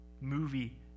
movie